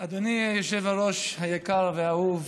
אדוני היושב-ראש היקר והאהוב,